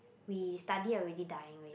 we study already dying ready